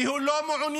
כי הוא לא מעוניין,